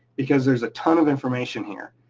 because there's a ton of information here.